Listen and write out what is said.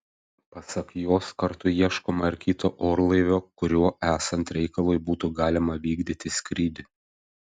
pasak jos kartu ieškoma ir kito orlaivio kuriuo esant reikalui būtų galima vykdyti skrydį